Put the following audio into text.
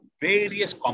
various